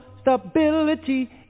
stability